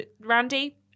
Randy